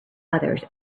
others